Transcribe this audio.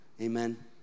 Amen